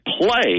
play